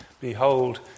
Behold